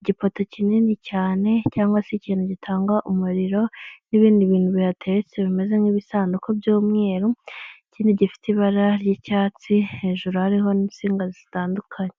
igipota kinini cyane cyangwa se ikintu gitanga umuriro n'ibindi bintu bihateretse bimeze nk'ibisanduku by'umweru, n'ikindi gifite ibara ry'icyatsi hejuru hariho n'insinga zitandukanye.